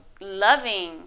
loving